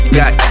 got